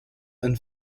and